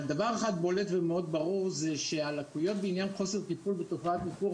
דבר אחד בולט וברור זה שהליקויים בעניין חוסר הטיפול בתופעת הניכור